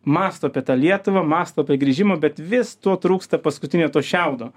mąsto apie tą lietuvą mąsto apie grįžimą bet vis to trūksta paskutinio to šiaudo